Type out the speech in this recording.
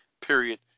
Period